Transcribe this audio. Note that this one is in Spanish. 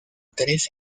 tres